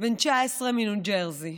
בן 19 מניו ג'רזי.